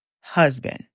husband